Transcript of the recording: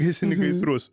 gesini gaisrus